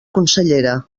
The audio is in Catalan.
consellera